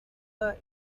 the